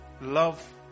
Love